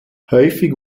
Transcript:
häufig